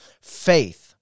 faith